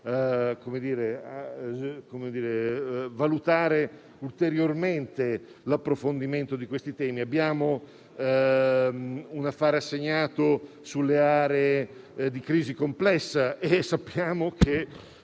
potremmo valutare ulteriormente l'approfondimento di questi temi. Abbiamo un affare assegnato sulle aree di crisi complessa e sappiamo che